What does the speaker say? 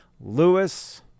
Lewis